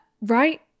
right